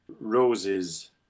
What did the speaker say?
roses